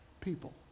people